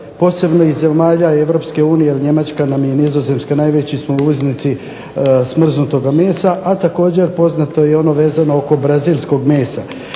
posebno iz zemalja EU jer Njemačka nam je i Nizozemska najveći smo uvoznici smrznutoga mesa, a također poznato je i ono vezano oko brazilskog mesa.